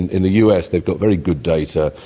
in the us they've got very good data.